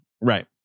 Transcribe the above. right